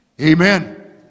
amen